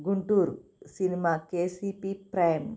Guntur cinema KCP prime